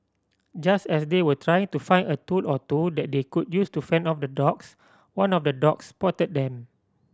just as they were trying to find a tool or two that they could use to fend off the dogs one of the dogs spotted them